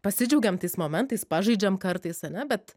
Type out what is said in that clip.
pasidžiaugiam tais momentais pažaidžiam kartais ane bet